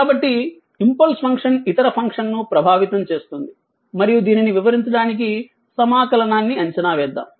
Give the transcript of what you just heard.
కాబట్టి impulse function ఇతర ఫంక్షన్ను ప్రభావితం చేస్తుంది మరియు దీనిని వివరించడానికి సమాకలనాన్ని అంచనా వేద్దాం